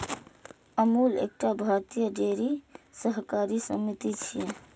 अमूल एकटा भारतीय डेयरी सहकारी समिति छियै